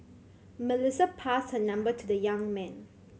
Melissa passed her number to the young man